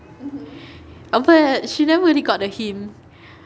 but she never really got the hint